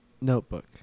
notebook